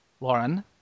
Lauren